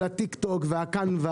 טיקטוק וכו',